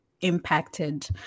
impacted